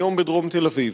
היום בדרום תל-אביב.